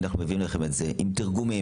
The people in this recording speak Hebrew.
אנחנו מביאים לכם את זה עם תרגומים.